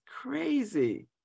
crazy